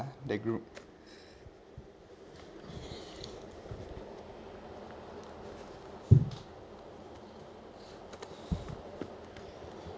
the group